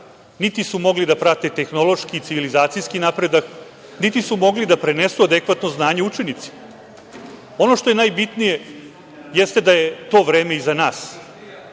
Niti su mogli da prate tehnološki, civilizacijski napredak, niti su mogli da prenesu adekvatno znanje učenicima. Ono što je najbitnije, jeste da je to vreme iza nas.